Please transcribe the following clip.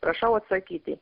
prašau atsakyti